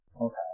Okay